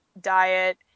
diet